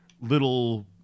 little